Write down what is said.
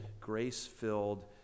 grace-filled